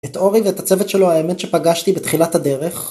את אורי ואת הצוות שלו האמת שפגשתי בתחילת הדרך